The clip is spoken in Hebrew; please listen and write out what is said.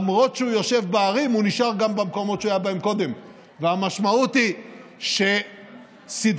היה הבדל בין שום